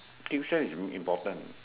tuition is important